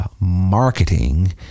marketing